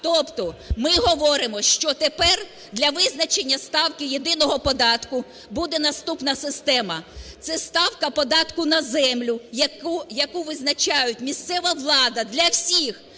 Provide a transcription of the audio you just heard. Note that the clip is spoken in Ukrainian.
Тобто, ми говоримо, що тепер для визначення ставки єдиного податку буде наступна система – це ставка податку на землю, яку визначає місцева влада для всіх.